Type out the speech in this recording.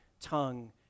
tongue